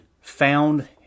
found